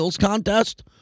contest